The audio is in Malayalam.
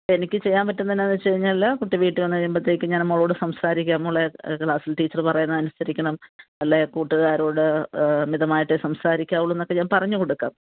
എനിക്ക് ചെയ്യാൻ പറ്റുന്നത് എന്താണെന്ന് വെച്ചുകഴിഞ്ഞാൽ കുട്ടി വീട്ടിൽ വന്നുകഴിയുമ്പഴത്തേക്കും ഞാൻ മോളോട് സംസാരിക്കാം മോളെ ക്ലാസിൽ ടീച്ചറ് പറയുന്ന അനുസരിക്കണം അല്ലെങ്കിൽ കൂട്ടുകാരോട് മിതമായിട്ടേ സംസാരിക്കാവുള്ളൂ എന്നൊക്കെ ഞാൻ പറഞ്ഞ് കൊടുക്കാം